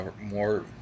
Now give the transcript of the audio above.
more